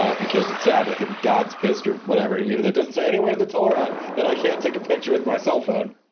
ah because it's sabbath and god's pissed or whatever, even though it doesn't say anywhere in the torah that i can't take a picture with my cellphone.